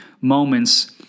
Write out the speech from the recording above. moments